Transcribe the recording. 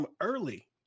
early